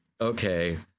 okay